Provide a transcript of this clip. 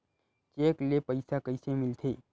Cheque ले पईसा कइसे मिलथे?